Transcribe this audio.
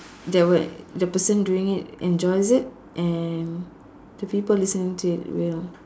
that were the person doing it enjoys it and the people listening to it will